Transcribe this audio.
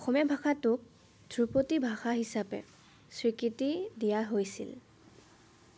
অসমীয়া ভাষাটোক ধ্ৰুপদী ভাষা হিচাপে স্বীকৃতি দিয়া হৈছিল